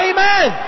Amen